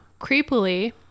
Creepily